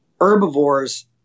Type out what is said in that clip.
herbivores